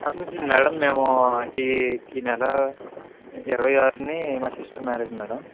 madam మేము ఈ ఈ నెల ఇరవై ఆరుని మా సిస్టర్ మ్యారేజ్ మేడం